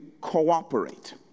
cooperate